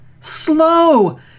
Slow